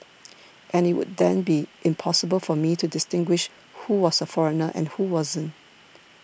and it would have been impossible for me to distinguish who was a foreigner and who wasn't